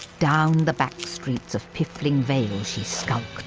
down the backstreets of piffling vale she skulked,